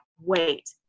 Wait